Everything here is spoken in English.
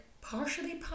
partially